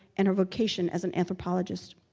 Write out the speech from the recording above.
and her vocation as an anthropologist.